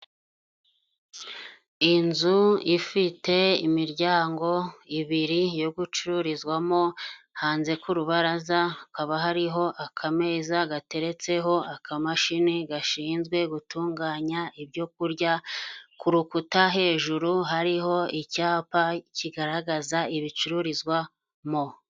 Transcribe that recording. Inzu ifite imiryango ibiri yo gucururizwamo, hanze ku rubaraza hakaba hariho akameza gateretseho akamashini gashinzwe gutunganya ibyo kurya, ku rukuta hejuru hariho icyapa kigaragaza ibicururizwamo.